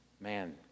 Man